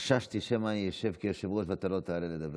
חששתי שמא אני אשב כיושב-ראש ואתה לא תעלה לדבר.